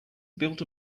built